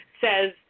says